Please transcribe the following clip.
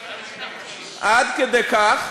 עד כדי כך